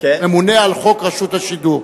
ממונה על חוק רשות השידור.